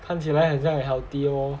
看起来很像 healthy lor